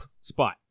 spot